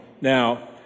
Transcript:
Now